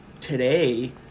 today